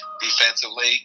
defensively